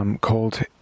called